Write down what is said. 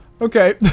Okay